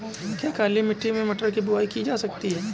क्या काली मिट्टी में मटर की बुआई की जा सकती है?